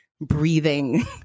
breathing